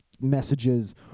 messages